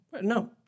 No